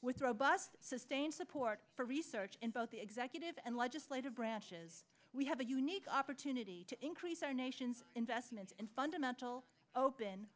with robust sustained support for research in both the executive and legislative branches we have a unique opportunity to increase our nation's investment in fundamental open